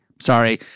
Sorry